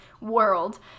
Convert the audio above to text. world